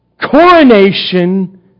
coronation